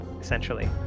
essentially